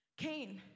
Cain